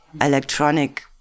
electronic